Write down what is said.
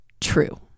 true